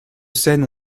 scènes